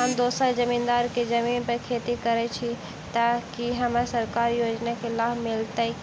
हम दोसर जमींदार केँ जमीन पर खेती करै छी तऽ की हमरा सरकारी योजना केँ लाभ मीलतय